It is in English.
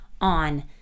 on